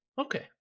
Okay